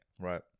Right